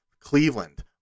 Cleveland